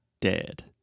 dead